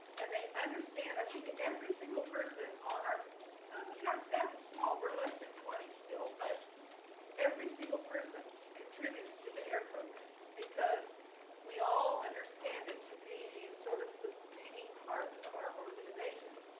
and they understand i think every single person on our. i mean our staff is small we're less than twenty still but every single person contributes to the air program because we all understand it to be sort of the beating heart of our organization.